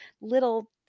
little